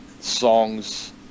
songs